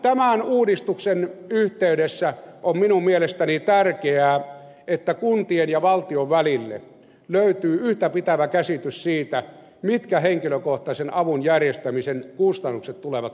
tämän uudistuksen yhteydessä on minun mielestäni tärkeää että kuntien ja valtion välille löytyy yhtäpitävä käsitys siitä mitkä henkilökohtaisen avun järjestämisen kustannukset tulevat olemaan